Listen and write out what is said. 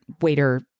waiter